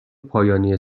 پایانی